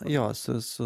jo su su